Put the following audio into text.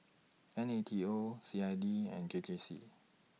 N A T O C I D and K J C